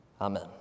Amen